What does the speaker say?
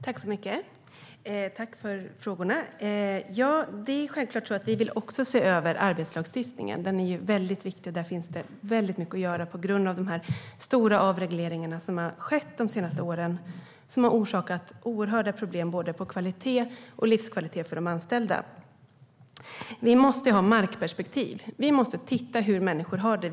Herr talman! Jag tackar för frågorna. Vi vill självklart också se över arbetsplatslagstiftningen. Den är väldigt viktig, och där finns mycket att göra på grund av de stora avregleringar som har skett de senaste åren och som har orsakat oerhörda problem både i kvalitet och i livskvalitet för de anställda. Vi måste ha ett markperspektiv och titta på hur människor har det.